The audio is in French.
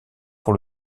pour